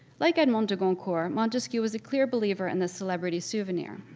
like edmond de goncourt, montesquiou was a clear believer in the celebrity souvenir.